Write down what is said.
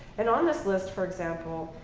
and on this list, for example,